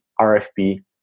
RFP